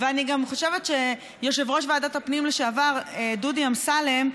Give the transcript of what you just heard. ואני גם חושבת שיושב-ראש ועדת הפנים לשעבר דודי אמסלם,